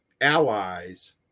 allies